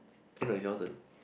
eh no it's your turn